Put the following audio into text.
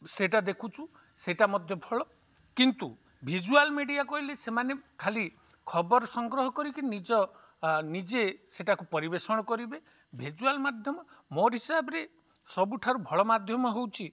ସେଇଟା ଦେଖୁଛୁ ସେଇଟା ମଧ୍ୟ ଭଲ କିନ୍ତୁ ଭିଜୁଆଲ୍ ମିଡ଼ିଆ କହିଲେ ସେମାନେ ଖାଲି ଖବର ସଂଗ୍ରହ କରିକି ନିଜ ନିଜେ ସେଇଟାକୁ ପରିବେଷଣ କରିବେ ଭିଜୁଆଲ୍ ମାଧ୍ୟମ ମୋର ହିସାବରେ ସବୁଠାରୁ ଭଲ ମାଧ୍ୟମ ହେଉଛି